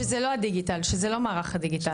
שזה לא מערך הדיגיטל?